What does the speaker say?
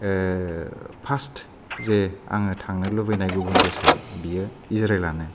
past जे आङो थांनो लुबैनाय गुबुन देशआव बियो इज्राइलआनो